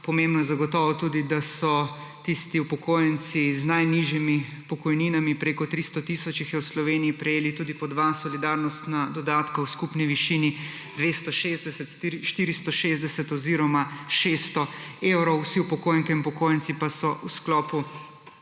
Pomembno je zagotovo tudi to, da so tisti upokojenci z najnižjimi pokojninami, več kot 300 tisoč jih je v Sloveniji, prejeli tudi po 2 solidarnostna dodatka v skupni višini 260, 460 oziroma 600 evrov. Vsi upokojenke in upokojenci pa so v sklopu